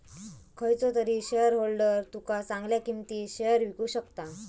खयचो तरी शेयरहोल्डर तुका चांगल्या किंमतीत शेयर विकु शकता